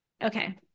Okay